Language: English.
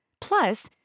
Plus